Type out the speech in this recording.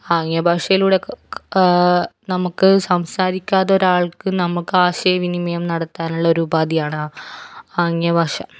ആംഗ്യ ഭാഷയിലൂടെയൊക്കെ നമുക്ക് സംസാരിക്കാതെ ഒരാൾക്ക് നമുക്ക് ആശയ വിനിമയം നടത്താനുള്ള ഒര് ഉപാധിയാണ് ആംഗ്യ ഭാഷ